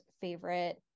favorite